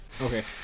Okay